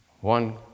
One